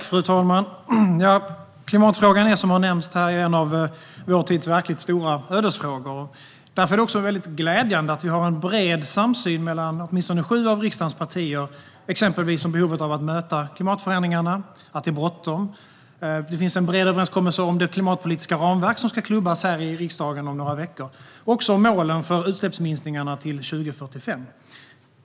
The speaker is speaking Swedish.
Fru talman! Som har nämnts här är klimatfrågan en av vår tids verkligt stora ödesfrågor. Därför är det också väldigt glädjande att vi har en bred samsyn mellan åtminstone sju av riksdagens partier, exempelvis om behovet av att möta klimatförändringarna och att det är bråttom. Det finns en bred överenskommelse om det klimatpolitiska ramverk som ska klubbas här i riksdagen om några veckor, och även om målen för utsläppsminskningar till 2045.